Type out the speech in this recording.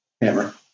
hammer